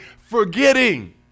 forgetting